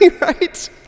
right